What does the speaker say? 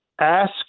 Ask